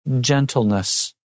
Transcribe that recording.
gentleness